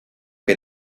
que